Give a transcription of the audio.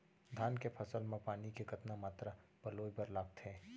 धान के फसल म पानी के कतना मात्रा पलोय बर लागथे?